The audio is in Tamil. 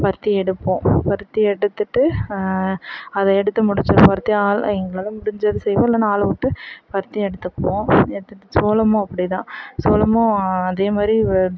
பருத்தி எடுப்போம் பருத்தி எடுத்துவிட்டு அதை எடுத்து முடித்து பருத்தி ஆள் எங்களால் முடிஞ்சது செய்வோம் இல்லைன்னா ஆளை விட்டு பருத்தி எடுத்துப்போம் எடுத்துட்டு சோளமும் அப்படிதான் சோளமும் அதே மாதிரி